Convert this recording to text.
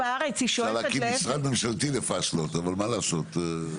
אפשר להקים משרד לממשלתי לפאשלות, אבל מה לעשות?